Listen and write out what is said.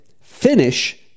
Finish